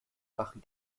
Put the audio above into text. machen